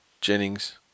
Jennings